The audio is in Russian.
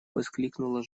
воскликнула